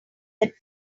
that